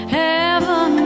heaven